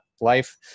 life